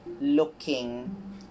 looking